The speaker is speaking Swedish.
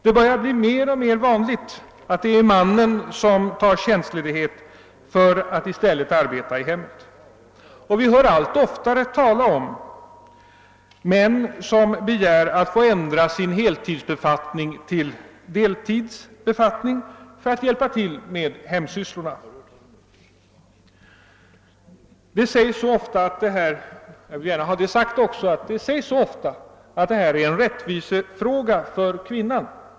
Det blir mer och mer vanligt att det är mannen som tar tjänstledigt för att i stället arbeta i hemmet, och vi hör allt oftare talas om män som begär att få ändra sin heltidsbefattning till deltidsbefattning för att hjälpa till med hemsysslorna. Det hävdas ofta — jag vill gärna ha det sagt också — att detta är en rättvisefråga för kvinnorna.